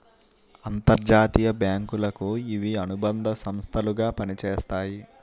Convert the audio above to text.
అంతర్జాతీయ బ్యాంకులకు ఇవి అనుబంధ సంస్థలు గా పనిచేస్తాయి